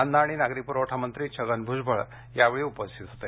अन्न आणि नागरी पुरवठा मंत्री छगन भुजबळ हेही यावेळी उपस्थित होते